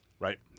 right